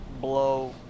blow